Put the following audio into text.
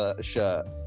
shirt